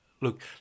look